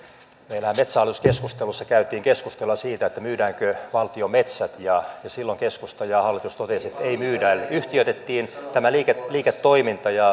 meillähän metsähallitus keskustelussa käytiin keskustelua siitä myydäänkö valtion metsät ja silloin keskusta ja hallitus totesivat että ei myydä eli yhtiöitettiin tämä liiketoiminta ja